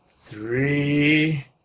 three